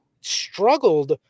struggled